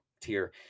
tier